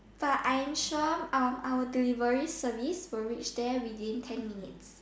but I'm sure our delivery service will reach there within ten minutes